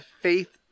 Faith